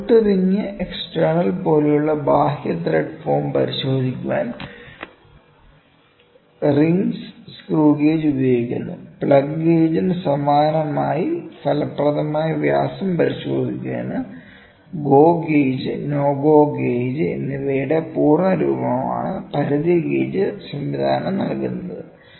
bolt ring external പോലുള്ള ബാഹ്യ thread form പരിശോധിക്കാൻ റിംഗ്സ് സ്ക്രൂ ഗേജ് ഉപയോഗിക്കുന്നു പ്ലഗ് ഗേജിന് സമാനമായി ഫലപ്രദമായ വ്യാസം പരിശോധിക്കുന്നതിന് go gauge" "no go gauge" എന്നിവയുടെ പൂർണ്ണരൂപമാണ് പരിധി ഗേജ് സംവിധാനം നൽകുന്നത്